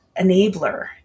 enabler